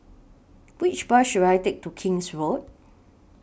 Which Bus should I Take to King's Road